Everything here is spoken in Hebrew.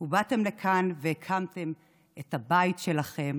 ובאתם לכאן והקמתם את הבית שלכם